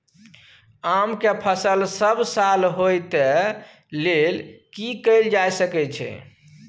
आम के फसल सब साल होय तै लेल की कैल जा सकै छै?